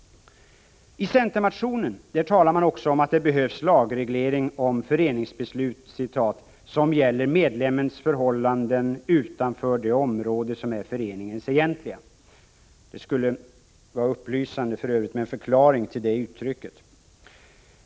I centermotionen framhålls också att det behövs lagreglering om föreningsbeslut ”som gäller medlemmens förhållanden utanför det område som är föreningens egentliga”. Det skulle för övrigt vara bra med en förklaring av detta uttryck.